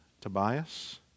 Tobias